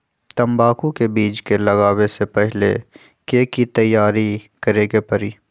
तंबाकू के बीज के लगाबे से पहिले के की तैयारी करे के परी?